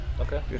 okay